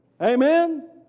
Amen